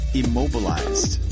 immobilized